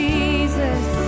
Jesus